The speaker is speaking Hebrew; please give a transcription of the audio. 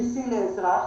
בסיסי לאזרח,